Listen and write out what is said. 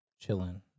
chilling